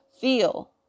feel